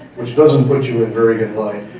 which doesn't put you in very good light.